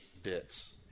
bits